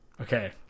Okay